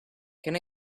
can